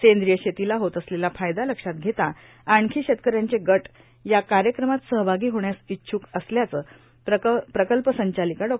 सेंद्रीय शेतीला होत असलेला फायदा लक्षात घेता आणखी शेतक यांचे गट या कार्यक्रमात सहभागी होण्यास इच्छ्क असल्याचं प्रकल्प संचालक डॉ